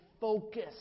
focus